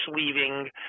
leaving